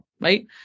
right